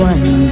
One